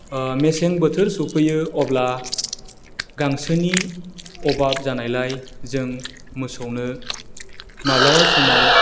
मेसें बोथोर सफैयो अब्ला गांसोनि अबाब जानायलाय जों मोसौनो माब्लाबा समाव